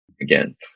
again